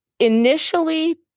Initially